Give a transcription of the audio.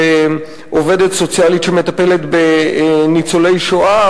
עובדת סוציאלית שמטפלת בניצולי שואה,